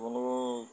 আপোনালোকৰ